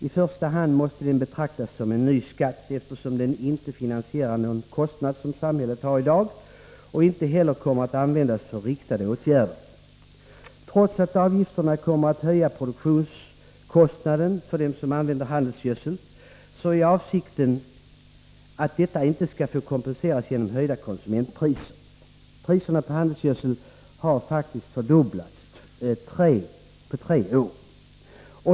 I första hand måste den betraktas som en ny skatt, eftersom den inte finansierar någon kostnad som samhället har i dag och inte heller kommer att användas för riktade åtgärder. Trots att avgifterna kommer att höja produktionskostnaden för dem som använder handelsgödsel är avsikten att detta inte skall få kompenseras genom höjda konsumentpriser. Priserna på handelsgödsel har fördubblats på tre år.